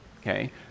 Okay